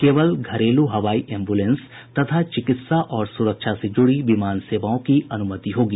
केवल घरेलू हवाई एंबूलेंस तथा चिकित्सा और सुरक्षा से जुड़ी विमान सेवाओं की अनुमति होगी